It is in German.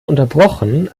unterbrochen